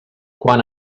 quan